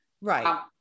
Right